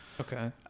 Okay